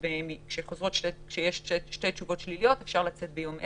כאשר אחרי שתי תשובות שליליות אפשר לצאת ביום העשירי.